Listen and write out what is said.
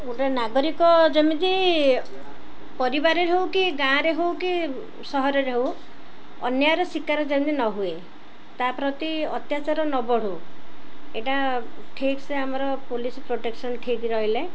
ଗୋଟେ ନାଗରିକ ଯେମିତି ପରିବାରରେ ହଉ କି ଗାଁରେ ହଉ କି ସହରରେ ହଉ ଅନ୍ୟାୟର ଶିକାର ଯେମିତି ନହୁଏ ତା ପ୍ରତି ଅତ୍ୟାଚାର ନ ବଢ଼ୁ ଏଇଟା ଠିକସେ ଆମର ପୋଲିସ ପ୍ରୋଟେକ୍ସନ ଠିକ ରହିଲେ